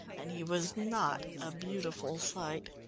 and he was not a beautiful sight.